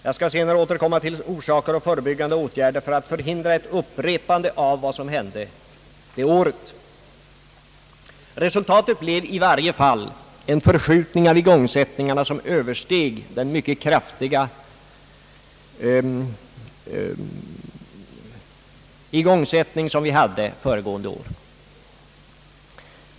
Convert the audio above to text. Jag skall senare återkomma till orsakerna härtill och frågan om förebyggande åtgärder för att förhindra ett upprepande av vad som hände det året. Resultatet blev i varje fall en förskjutning av igångsättningarna som översteg den mycket kraftiga igångsättning som vi hade året dessförinnan.